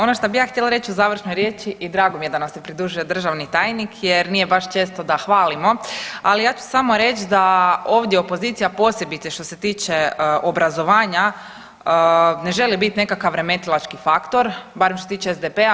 Ovoga ono što bi ja htjela reć u završnoj riječi i drago mi je da nam se pridružio državni tajnik jer nije baš često da hvalimo, ali ja ću samo reć da ovdje opozicija posebice što se tiče obrazovanja ne želi bit nekakav remetilački faktor barem što se tiče SDP-a.